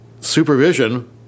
supervision